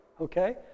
Okay